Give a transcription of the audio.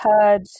heard